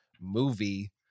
movie